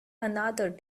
another